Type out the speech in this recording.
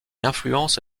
influence